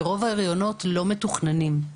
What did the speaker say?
ורוב ההריונות לא מתוכננים.